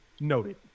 noted